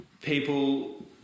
people